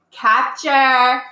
capture